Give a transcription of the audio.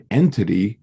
entity